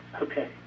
Okay